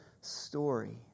story